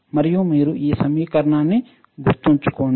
మరియు మీరు ఈ సమీకరణాన్ని గుర్తుంచుకోండి